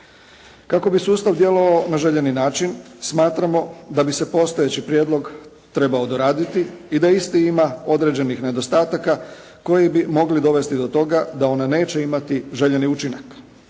Kako bi sustav djelovao na željeni način, smatramo da bi se postojeći prijedlog trebao doraditi i da isti ima određenih nedostataka koji bi mogli dovesti do toga da ona neće imati željeni učinak.